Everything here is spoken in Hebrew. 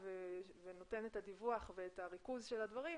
ונותן את הדיווח ואת הריכוז של הדברים,